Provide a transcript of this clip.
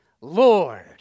Lord